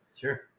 Sure